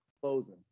closing